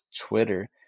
Twitter